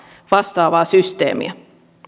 vastaavaa systeemiä